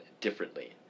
differently